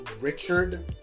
richard